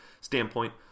standpoint